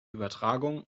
übertragung